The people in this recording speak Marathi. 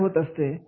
तयार होत असते